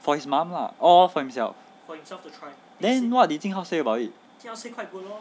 for his mum lah all or for himself !huh! then what did jing hao say about it